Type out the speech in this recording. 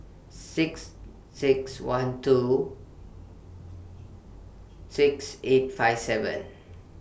six six one two six eight five seven